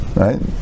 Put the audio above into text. Right